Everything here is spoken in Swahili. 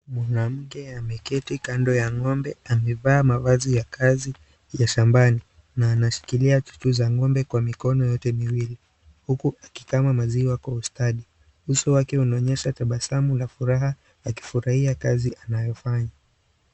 Mwanamke ameketi kando ya ng'ombe amevaa mavazi ya kazi ya shambani na anashikilia chuchu za ng'ombe kwa mikono yote miwili; huku akikama ng'ombe kwa ustadi. Uso wake unaonyesha tabasamu la furaha akifurahia kazi anayofanya.